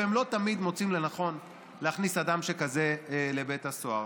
והם לא תמיד מוצאים לנכון להכניס אדם שכזה לבית הסוהר.